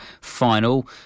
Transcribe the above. final